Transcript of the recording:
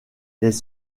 les